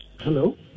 hello